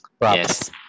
Yes